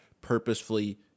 purposefully